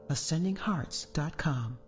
Ascendinghearts.com